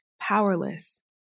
powerless